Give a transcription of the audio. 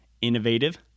innovative